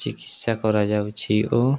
ଚିକିତ୍ସା କରାଯାଉଛି ଓ